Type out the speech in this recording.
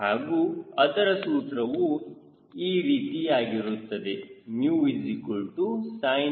ಹಾಗೂ ಅದರ ಸೂತ್ರವು ಈ ರೀತಿಯಾಗಿರುತ್ತದೆ